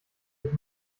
geht